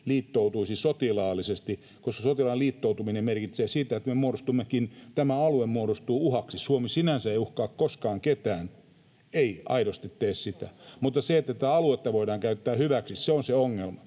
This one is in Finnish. liittoutuisi sotilaallisesti, koska sotilaallinen liittoutuminen merkitsee sitä, että me muodostummekin, tämä alue muodostuu, uhaksi. Suomi sinänsä ei uhkaa koskaan ketään, ei aidosti tee sitä, [Mika Niikko: Siinä ollaan samaa mieltä!] mutta se, että tätä aluetta voidaan käyttää hyväksi, on se ongelma.